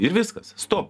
ir viskas stop